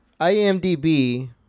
IMDb